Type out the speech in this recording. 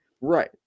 Right